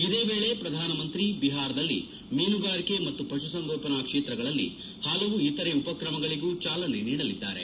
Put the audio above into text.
ಇದೇ ವೇಳೆ ಪ್ರಧಾನಮಂತ್ರಿ ಬಿಹಾರದಲ್ಲಿ ಮೀನುಗಾರಿಕೆ ಮತ್ತು ಪಶುಸಂಗೋಪನಾ ಕ್ಷೇತ್ರಗಳಲ್ಲಿ ಹಲವು ಇತರೇ ಉಪಕ್ರಮಗಳಿಗೂ ಚಾಲನೆ ನೀಡಲಿದ್ದಾರೆ